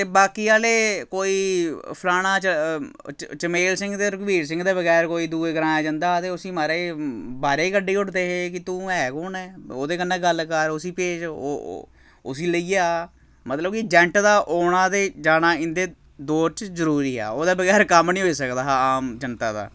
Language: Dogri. ते बाकी आह्ले कोई फलाना चमेल सिंह ते रग्बीर सिंह दे बगैर कोई दूए ग्राएं जंदा हा ते उसी महाराज बाह्रै गी कड्डी ओड़दे हे कि तूं ऐ कौन ऐ ओह्दे कन्नै गल्ल कर उसी भेज ओह् उसी लेइयै आ मतलब कि जैंट दा औना ते जाना इं'दे दौर च जरूरी हा ओह्दे बगैर कम्म निं होई सकदा हा आम जनता दा